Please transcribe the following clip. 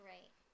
Right